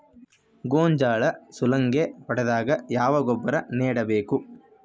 ಗೋಂಜಾಳ ಸುಲಂಗೇ ಹೊಡೆದಾಗ ಯಾವ ಗೊಬ್ಬರ ನೇಡಬೇಕು?